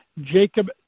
Jacob